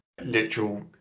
literal